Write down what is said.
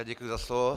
Děkuji za slovo.